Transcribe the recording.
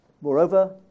Moreover